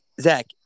Zach